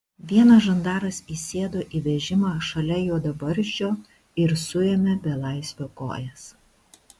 vienas žandaras įsėdo į vežimą šalia juodabarzdžio ir suėmė belaisvio kojas